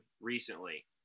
recently